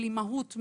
בלי מהות,